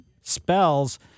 spells